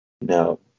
No